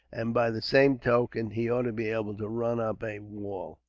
and by the same token he ought to be able to run up a wall